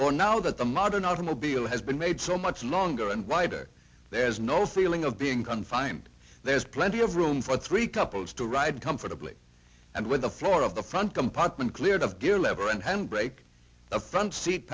for now that i'm not an automobile has been made so much longer and wider there's no feeling of being confined there's plenty of room for three couples to ride comfortably and with the floor of the front compartment cleared of gear lever and hand brake the front seat